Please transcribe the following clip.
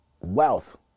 wealth